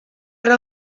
era